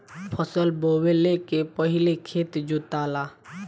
फसल बोवले के पहिले खेत जोताला